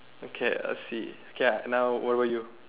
okay let's see okay now where were you